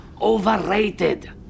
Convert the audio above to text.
overrated